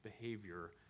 behavior